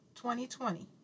2020